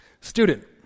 Student